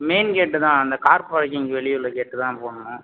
main gate தான் அந்த car parking வெளியே உள்ள கேட்டுதான் போடுணும்